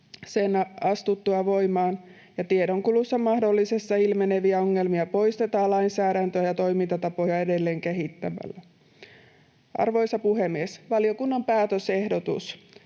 sen astuttua voimaan ja tiedonkulussa mahdollisesti ilmeneviä ongelmia poistetaan lainsäädäntöä ja toimintatapoja edelleen kehittämällä. Arvoisa puhemies! Valiokunnan päätösehdotus: